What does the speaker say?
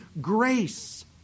grace